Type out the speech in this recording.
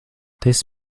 this